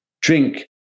drink